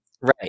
Right